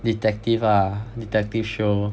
detective ah detective show